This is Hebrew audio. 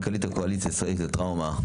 מנכ"לית הקואליציה הישראלית לטראומה.